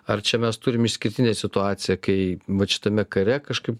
ar čia mes turim išskirtinę situaciją kai vat šitame kare kažkaip